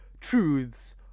truths